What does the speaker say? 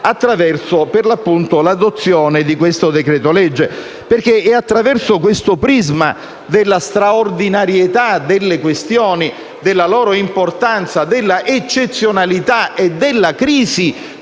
attraverso l'adozione di questo decreto-legge. È attraverso questo prisma della straordinarietà delle questioni, della loro importanza, dell'eccezionalità e della crisi